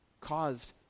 caused